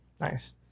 Nice